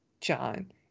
John